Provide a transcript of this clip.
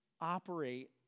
operate